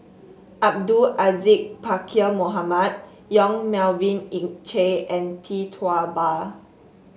Abdul Aziz Pakkeer Mohamed Yong Melvin Yik Chye and Tee Tua Ba